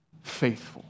Faithful